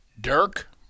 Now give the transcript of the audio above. Dirk